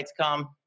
come